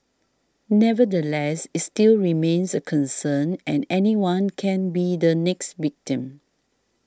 nevertheless it still remains a concern and anyone can be the next victim